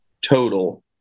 total